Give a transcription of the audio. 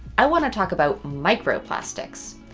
i want to talk about microplastics,